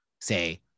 say